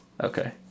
okay